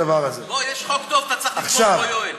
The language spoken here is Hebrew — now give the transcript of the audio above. לא, יש חוק טוב, אתה צריך לתפוס בו, יואל.